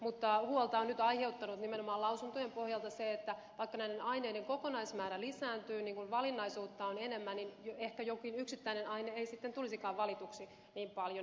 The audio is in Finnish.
mutta huolta on nyt aiheuttanut nimenomaan lausuntojen pohjalta se että vaikka näiden aineiden kokonaismäärä lisääntyy niin kun valinnaisuutta on enemmän ehkä jokin yksittäinen aine ei sitten tulisikaan valituksi niin paljon